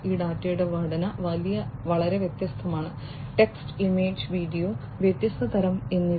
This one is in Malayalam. ഈ ഡാറ്റയുടെ ഘടന വളരെ വ്യത്യസ്തമാണ് ടെക്സ്റ്റ് ഇമേജ് വീഡിയോ വ്യത്യസ്ത തരം എന്നിവ